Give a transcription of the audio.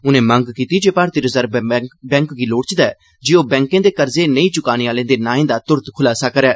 उनें मंग कीती ऐ जे भारती रिजर्व बैंक गी लोड़चदा ऐ जे ओह बैंकें दे कर्जे नेईं चुकाने आहर्ले दे नाएं दा तुरत खुलासा करै